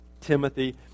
Timothy